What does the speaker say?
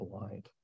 blind